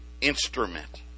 instrument